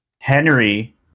Henry